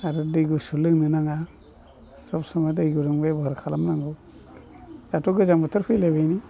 आरो दै गुसु लोंनो नाङा सब समाय दै गुदुं बेब'हार खालामनांगौ दाथ' गोजां बोथोर फैलायबाय नै